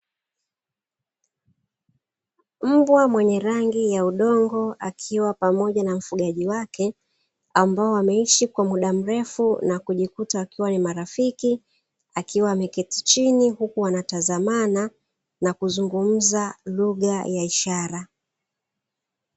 Mbwa mwenye rangi ya udongo, akiwa pamoja na mfugaji wake ambao wameishi kwa muda mrefu na kujikuta wakiwa ni marafiki, akiwa ameketi chini huku wanatazamana na kuzungumza lugha ya ishara.